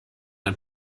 ein